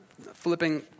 flipping